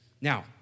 Now